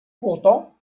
pourtant